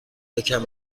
یکم